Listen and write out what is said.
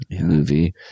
movie